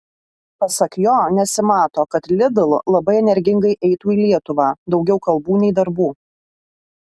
pasak jo nesimato kad lidl labai energingai eitų į lietuvą daugiau kalbų nei darbų